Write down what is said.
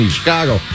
Chicago